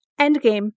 endgame